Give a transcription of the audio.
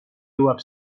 jõuab